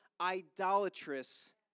idolatrous